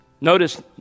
Notice